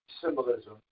symbolism